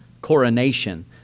coronation